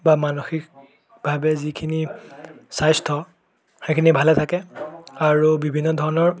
বা মানসিকভাৱে যিখিনি স্বাস্থ্য সেইখিনি ভালে থাকে আৰু বিভিন্ন ধৰণৰ